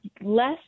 less